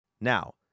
Now